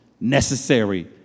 necessary